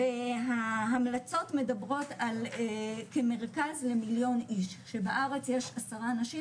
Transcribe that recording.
וההמלצות מדברות על כמרכז למיליון איש שבארץ יש עשרה אנשים